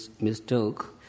mistook